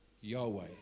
Yahweh